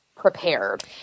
Prepared